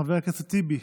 חבר הכנסת טיבי,